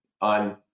on